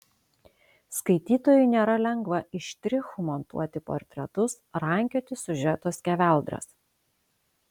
skaitytojui nėra lengva iš štrichų montuoti portretus rankioti siužeto skeveldras